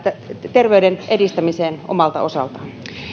terveyden edistämiseen omalta osaltaan